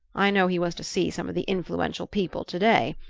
i know he was to see some of the influential people today.